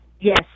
Yes